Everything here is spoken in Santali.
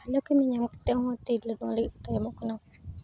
ᱤᱱᱟᱹ ᱠᱟᱹᱢᱤ ᱧᱟᱢ ᱠᱟᱛᱮᱫ ᱦᱚᱸ ᱛᱤᱨᱞᱟᱹ ᱠᱚ ᱞᱟᱹᱜᱤᱫ ᱧᱟᱢᱚᱜ ᱠᱟᱱᱟ